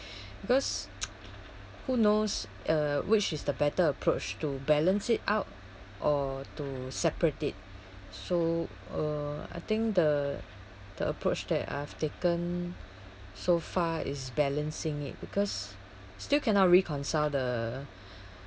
because who knows uh which is the better approach to balance it out or to separate it so uh I think the the approach that I've taken so far is balancing it because still cannot reconcile the